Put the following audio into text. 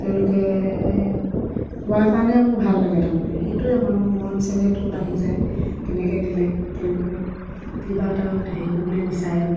তেওঁলোকে কোৱাৰ কাৰণে মোৰ ভাল লাগে তাৰমানে সেইটোৱে মানুহ মৰম চেনেহতো বাঢ়ি যায় তেনেকৈ দিলে তেওঁলোকেও কিবা এটা হেৰি কৰিবলৈ বিচাৰে